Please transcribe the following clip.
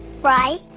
Right